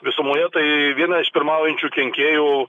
visumoje tai viena iš pirmaujančių kenkėjų